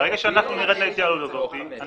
ברגע שאנחנו נרד להתייעלות הזאת,